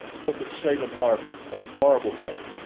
look at salem harbor, at marblehead.